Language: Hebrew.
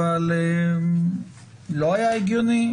אבל לא היה הגיוני?